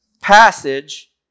passage